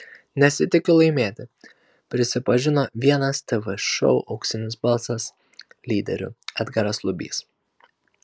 nesitikiu laimėti prisipažino vienas tv šou auksinis balsas lyderių edgaras lubys